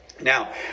Now